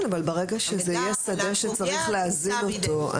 ברגע שזה יהיה שדה שצריך להזין אותו,